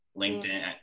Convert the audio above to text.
LinkedIn